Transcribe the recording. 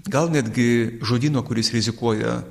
gal netgi žodyno kuris rizikuoja